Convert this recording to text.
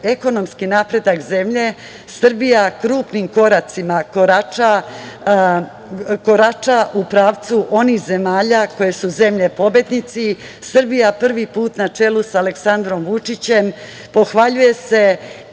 ekonomski napredak zemlje, Srbija krupnim koracima korača u pravcu onih zemalja koje su zemlje pobednici. Srbija prvi put na čelu sa Aleksandrom Vučićem pohvaljuje se